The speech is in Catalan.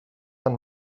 van